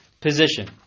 position